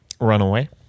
Runaway